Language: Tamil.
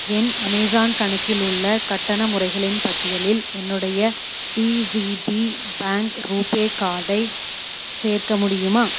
என் அமேஸான் கணக்கில் உள்ள கட்டண முறைகளின் பட்டியலில் என்னுடைய டிசிபி பேங்க் ரூபே கார்டை சேர்க்க முடியுமா